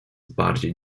bardziej